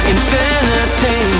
Infinity